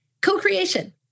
co-creation